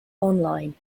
online